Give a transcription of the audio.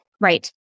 Right